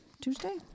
Tuesday